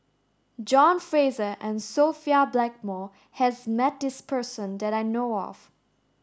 John Fraser and Sophia Blackmore has met this person that I know of